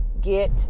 get